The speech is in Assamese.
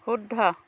শুদ্ধ